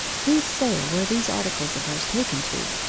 whose sale were these articles of hers taken to